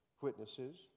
witnesses